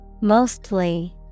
Mostly